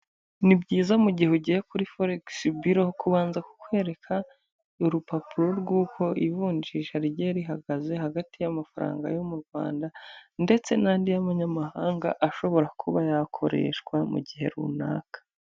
Ni byiza mu gihe ugiye kuri forex biro, kubanza kukwereka urupapuro rw'uko ivunjisha rigiye rihagaze hagati y'amafaranga yo mu Rwanda ndetse n'andi y'amanyamahanga ashobora kuba yakoreshwa mu gihe runaka.